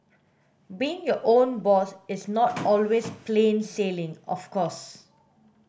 being your own boss is not always plain sailing of course